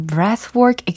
Breathwork